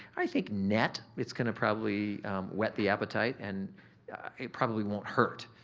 i think net it's gonna probably whet the appetite and it probably won't hurt.